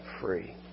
free